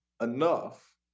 enough